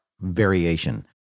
variation